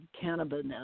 cannabis